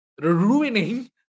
ruining